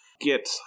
get